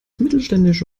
mittelständische